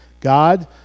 God